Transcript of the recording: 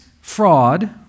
fraud